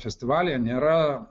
festivalyje nėra